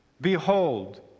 Behold